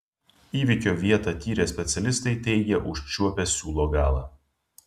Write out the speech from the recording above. įvykio vietą tyrę specialistai teigia užčiuopę siūlo galą